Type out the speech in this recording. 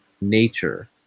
nature